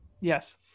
Yes